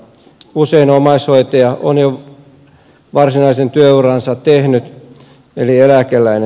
usein omaishoitaja on jo varsinaisen työuransa tehnyt eli eläkeläinen